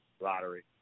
lottery